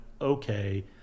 okay